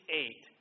eight